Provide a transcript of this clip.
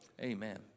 Amen